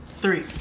three